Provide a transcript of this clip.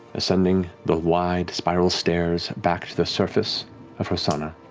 ascending the wide, spiral stairs back to the surface of rosohna,